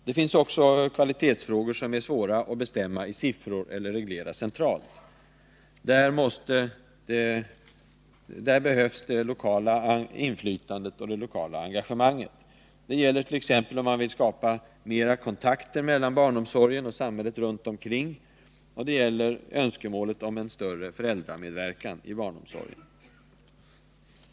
Det finns också kvalitetsfrågor som är svåra att bestämma i siffror eller reglera centralt. Där behövs det lokala inflytandet och det lokala engagemanget. Det gäller t.ex. om man vill skapa fler kontakter mellan barromsorgen och samhället runt omkring, och det gäller önskemålet om en större föräldramedverkan i barnomsorgen.